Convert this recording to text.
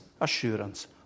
assurance